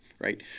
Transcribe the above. right